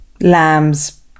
lambs